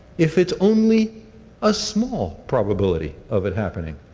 if it's only a small probability of it happening,